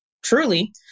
Truly